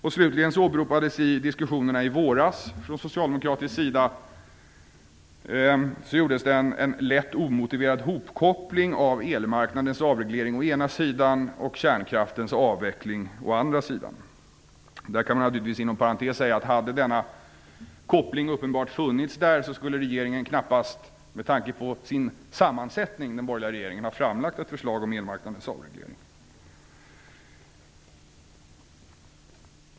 I diskussionerna i våras gjorde man från socialdemokratisk sida en litet omotiverad hopkoppling av elmarknadens avreglering å ena sidan och kärnkraftens avveckling å andra sidan. Inom parentes kan man naturligtvis säga att om denna koppling uppenbart hade funnits skulle den borgerliga regeringen knappast, med tanke på sin sammansättning, ha framlagt ett förslag om elmarknadens avreglering.